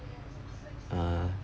uh